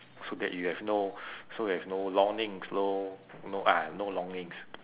so that you have no so you have no longings no no ah no longings